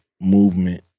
movement